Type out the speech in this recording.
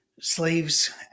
slaves